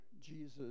Jesus